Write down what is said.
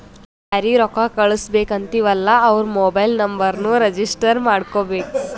ಯಾರಿಗ ರೊಕ್ಕಾ ಕಳ್ಸುಬೇಕ್ ಅಂತಿವ್ ಅಲ್ಲಾ ಅವ್ರ ಮೊಬೈಲ್ ನುಂಬರ್ನು ರಿಜಿಸ್ಟರ್ ಮಾಡ್ಕೋಬೇಕ್